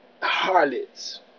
harlots